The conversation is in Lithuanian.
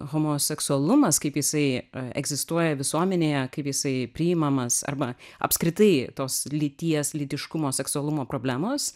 homoseksualumas kaip jisai egzistuoja visuomenėje kaip jisai priimamas arba apskritai tos lyties lytiškumo seksualumo problemos